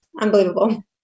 unbelievable